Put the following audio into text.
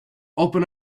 open